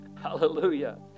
Hallelujah